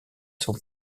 son